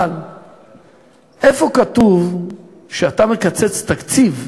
אבל איפה כתוב שאתה מקצץ תקציב,